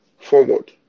forward